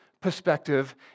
perspective